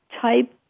type